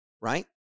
right